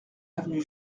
avenue